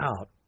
out